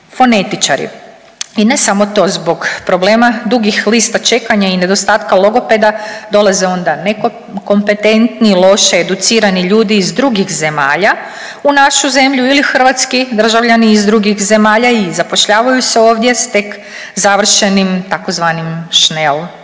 fonetičari. I ne samo to, zbog problema dugih lista čekanja i nedostatka logopeda dolaze onda nekompetentni i loše educirani ljudi iz drugih zemalja u našu zemlju ili hrvatski državljani iz drugih zemalja i zapošljavaju se ovdje s tek završenim tzv. šnel